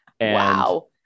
Wow